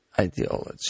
ideology